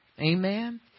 amen